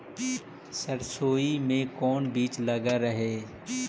सरसोई मे कोन बीज लग रहेउ?